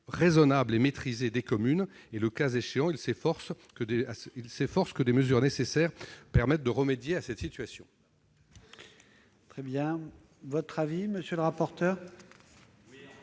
raisonnable et maîtrisé des communes. Le cas échéant, il s'efforce à ce que des mesures nécessaires pour remédier à cette situation